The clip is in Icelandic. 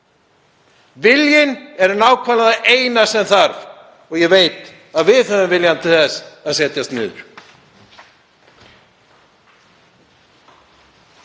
Viljinn er nákvæmlega það eina sem þarf og ég veit að við höfum viljann til þess að setjast niður.